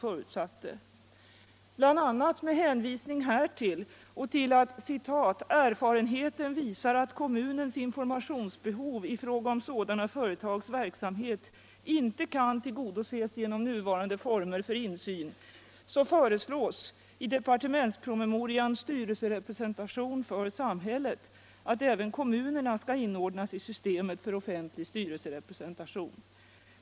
I departementspromemorian Styrelserepresentation för samhället föreslås bl.a. med hänvisning härtill och till att — som det heter i promemorian — erfarenheten visar att kommunens informationsbehov i fråga om sådana företags verksamhet inte kan tillgodoses genom nuvarande former för insyn att även kommunerna skall inordnas i systemet för offentlig styrelserepresentation.